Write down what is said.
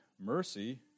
Mercy